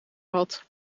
had